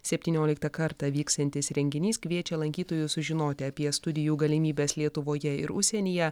septynioliktą kartą vyksiantis renginys kviečia lankytojus sužinoti apie studijų galimybes lietuvoje ir užsienyje